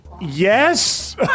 yes